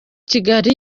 kigali